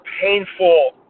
painful